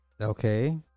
Okay